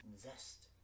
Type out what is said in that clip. zest